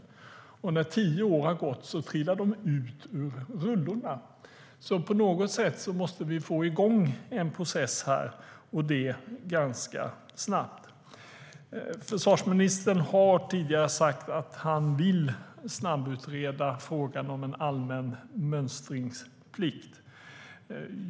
När tio år har gått trillar de ut ur rullorna. På något sätt måste vi därför få i gång en process och det ganska snabbt. Försvarsministern har tidigare sagt att han vill snabbutreda frågan om en allmän mönstringsplikt.